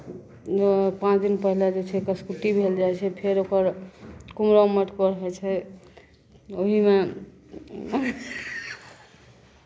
पाँच दिन पहिले जे छै कसकुट्टी भेल जाइ छै फेर ओकर कुम्हरम माटिकोर होइ छै ओहीमे